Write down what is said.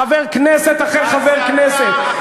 חבר כנסת אחר חבר כנסת,